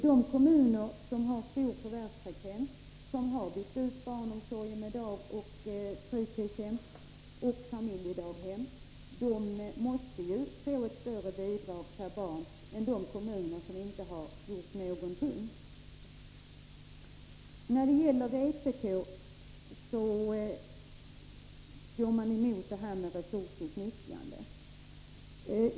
De kommuner som har stor förvärvsfrekvens och som har byggt ut barnomsorgen med daghem, fritidshem och familjedaghem måste ju få ett större bidrag per barn än de kommuner som inte har gjort någonting. Vpk går emot det här med resursutnyttjande.